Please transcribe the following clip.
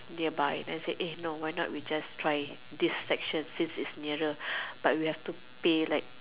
nearby then say eh no why not we try this section since it's nearer but we need to pay like